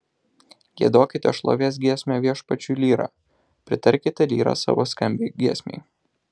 giedokite šlovės giesmę viešpačiui lyra pritarkite lyra savo skambiai giesmei